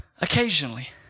occasionally